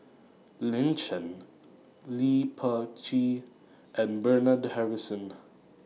Lin Chen Lee Peh Gee and Bernard Harrison